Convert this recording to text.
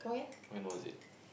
when was it